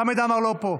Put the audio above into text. חמד עמאר לא פה.